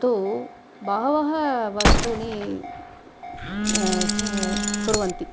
तु बहवः वस्तूनि कुर्वन्ति